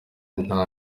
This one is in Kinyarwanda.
nta